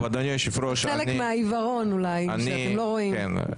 זה חלק מהעיוורון אולי, שאתם לא רואים.